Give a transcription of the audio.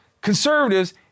conservatives